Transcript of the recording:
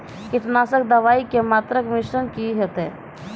कीटनासक दवाई के मात्रा या मिश्रण की हेते?